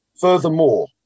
Furthermore